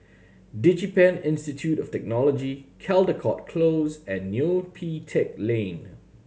DigiPen Institute of Technology Caldecott Close and Neo Pee Teck Lane